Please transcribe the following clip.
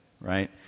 right